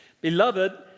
beloved